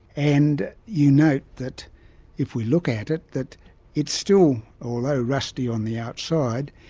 and you note that if we look at it that it's still, although rusty on the outside,